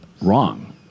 wrong